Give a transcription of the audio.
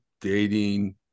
dating